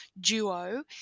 duo